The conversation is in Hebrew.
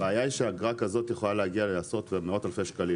הבעיה היא שאגרה כזאת יכולה להגיע לעשרות ומאות אלפי שקלים